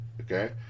okay